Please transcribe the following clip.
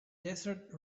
desert